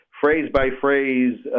phrase-by-phrase